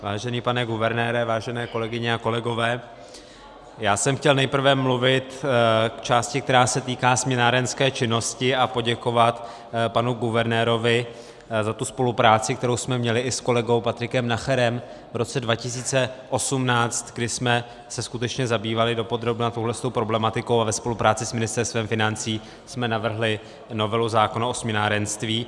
Vážený pane guvernére, vážené kolegyně a kolegové, já jsem chtěl nejprve mluvit k části, která se týká směnárenské činnosti, a poděkovat panu guvernérovi za tu spolupráci, kterou jsme měli i s kolegou Patrikem Nacherem v roce 2018, kdy jsme se skutečně zabývali dopodrobna touhle problematikou a ve spolupráci s Ministerstvem financí jsme navrhli novelu zákona o směnárenství.